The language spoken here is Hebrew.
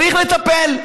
צריך לטפל.